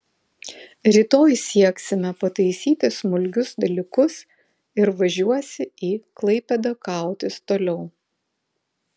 rytoj sieksime pataisyti smulkius dalykus ir važiuosi į klaipėdą kautis toliau